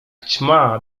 ćma